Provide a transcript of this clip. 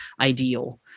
ideal